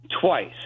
twice